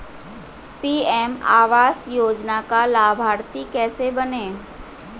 PM आवास योजना का लाभर्ती कैसे बनें?